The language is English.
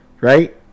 right